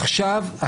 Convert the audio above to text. עכשיו,